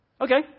Okay